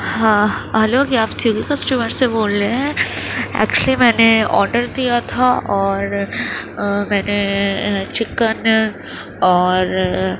ہاں ہلو کیا آپ سویگی کسٹمر سے بول رہے ہیں ایکچولی میں نے آڈر دیا تھا اور میں نے چکن اور